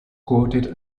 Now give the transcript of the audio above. quoted